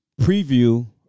preview